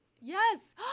Yes